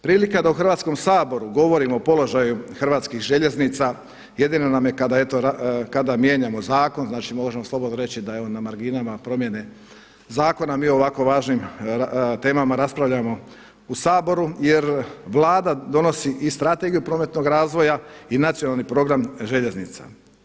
Prilika da u Hrvatskom saboru govorimo o položaju Hrvatskih željeznica jedino nam je kada eto, kada mijenjamo zakon, znači možemo slobodno reći da evo na marginama promjene zakona mi o ovako važnim temama raspravljamo u Saboru jer Vlada donosi i strategiju prometnog razvoja i nacionalni program željeznica.